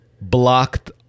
Blocked